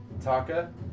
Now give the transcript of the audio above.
Taka